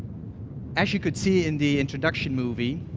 as you could see in the introduction movie,